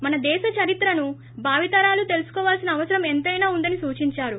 మన దేశ చరిత్రను భావితరాలు తెలుసుకోవాల్సిన అవసరం ఎంతైనా ఉందని సూచించారు